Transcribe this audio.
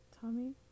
Tommy